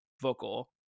vocal